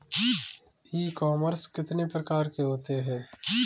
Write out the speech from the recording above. ई commerce कितने प्रकार के होते हैं?